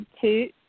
Two